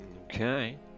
Okay